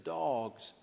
dogs